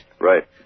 Right